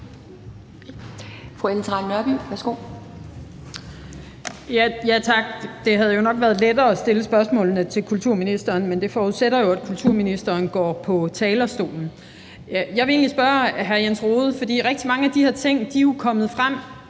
Det havde nok været lettere at stille spørgsmålene til kulturministeren, men det forudsætter jo, at kulturministeren går på talerstolen. Rigtig mange af de her ting er jo kommet frem